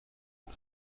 کنم